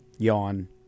Yawn